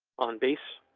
on base.